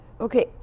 Okay